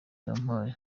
yampaye